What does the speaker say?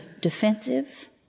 defensive